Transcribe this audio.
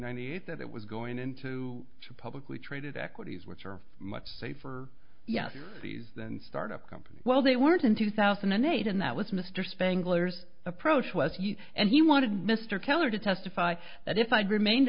hundred eight that it was going into a publicly traded equities which are much safer yes these than start a company well they weren't in two thousand and eight and that was mr spangler's approach was he and he wanted mr keller to testify that if i'd remained